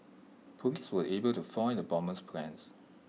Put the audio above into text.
Police were able to foil the bomber's plans